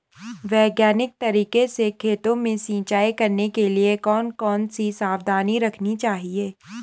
वैज्ञानिक तरीके से खेतों में सिंचाई करने के लिए कौन कौन सी सावधानी रखनी चाहिए?